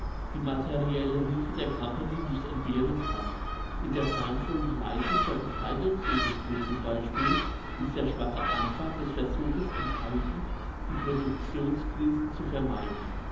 die materielle hilfe der company nicht entbehren kann in der planvollen leitung der bekleidungsindustrie z b ist der schwache anfang des versuches enthalten die productionskrisen zu vermeiden